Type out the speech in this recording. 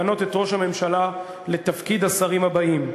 למנות את ראש הממשלה לתפקידי השרים הבאים: